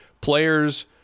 players